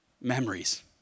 memories